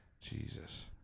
Jesus